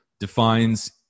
defines